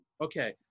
Okay